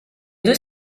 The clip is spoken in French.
deux